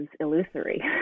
illusory